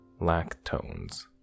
lactones